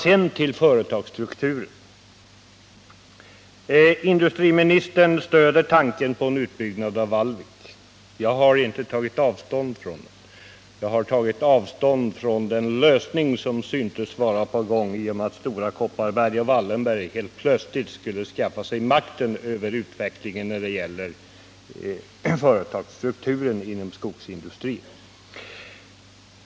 Sedan till företagsstrukturen! Industriministern stöder tanken på en utbyggnad av Vallvik. Jag har inte tagit avstånd från den. Jag har tagit avstånd från den lösning som syntes vara på gång genom att Stora Kopparberg och Wallenberg helt plötsligt skulle skaffa sig makt över utvecklingen när det gäller företagsstrukturen inom skogsindustrin.